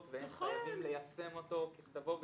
והם חייבים ליישם אותו ככתבו וכלשונו.